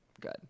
good